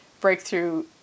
breakthrough